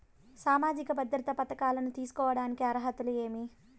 సామాజిక భద్రత పథకాలను తీసుకోడానికి అర్హతలు ఏమి?